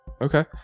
Okay